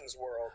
world